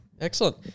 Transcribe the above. excellent